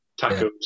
tacos